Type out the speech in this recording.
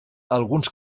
alguns